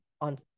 on